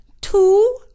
two